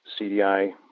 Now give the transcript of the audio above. CDI